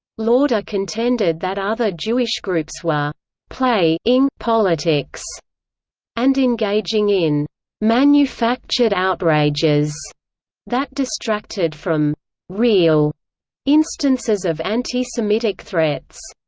lauder contended that other jewish groups were play ing politics and engaging in manufactured outrages that distracted from real instances of anti-semitic threats.